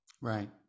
Right